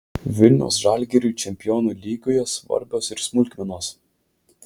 vilniaus žalgiriui čempionų lygoje svarbios ir smulkmenos